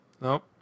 Nope